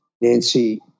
Nancy